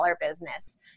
business